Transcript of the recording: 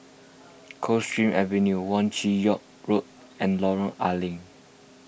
Coldstream Avenue Wong Chin Yoke Road and Lorong A Leng